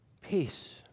peace